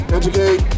educate